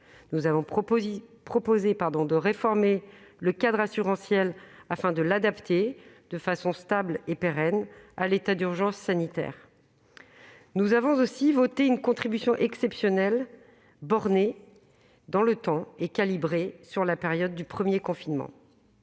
Nous avons suggéré de réformer le cadre assurantiel afin de l'adapter, de façon stable et pérenne, à l'état d'urgence sanitaire. Nous avons aussi voté une contribution exceptionnelle, bornée dans le temps et calibrée sur la période du premier confinement.